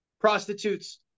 prostitutes